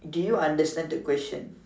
did you understand the question